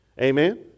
Amen